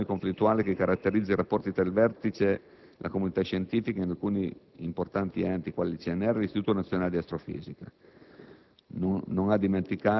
Egli ha richiamato la situazione conflittuale che caratterizza i rapporti fra il vertice e la comunità scientifica in alcuni importanti enti, quali il CNR o l'istituto nazionale di astrofisica.